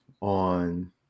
on